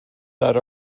that